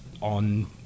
on